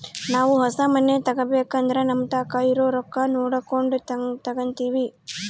ನಾವು ಹೊಸ ಮನೆ ತಗಬೇಕಂದ್ರ ನಮತಾಕ ಇರೊ ರೊಕ್ಕ ನೋಡಕೊಂಡು ತಗಂತಿವಿ